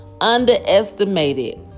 Underestimated